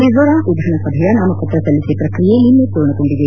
ಮಿಜೋರಾಂ ವಿಧಾನಸಭೆಯ ನಾಮಪತ್ರ ಸಲ್ಲಿಕೆ ಪ್ರಕ್ರಿಯೆ ನಿನ್ನೆ ಪೂರ್ಣಗೊಂಡಿದೆ